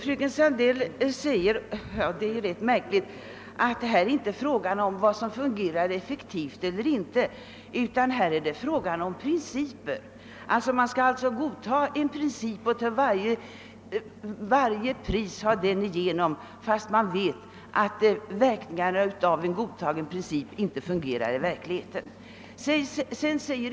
Fröken Sandell säger, vilket är ganska märkligt, att det inte är fråga om vad som fungerar effektivt eller inte, utan att det är fråga om principer. Man skall alltså till varje pris driva igenom en princip fastän man vet att verkningarna av denna i verkligheten inte blir tillfredsställande.